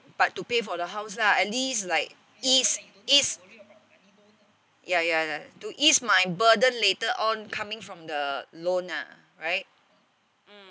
but to pay for the house lah at least like ease ease ya ya ya to ease my burden later on coming from the loan ah right mm